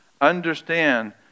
understand